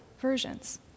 versions